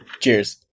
Cheers